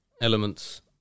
elements